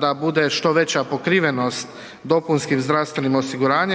da bude što veća pokrivenost DZO